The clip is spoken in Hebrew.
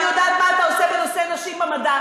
אני יודעת מה אתה עושה בנושא נשים במדע,